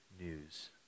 news